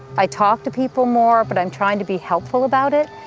i talk to people more, but i'm trying to be helpful about it,